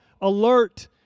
alert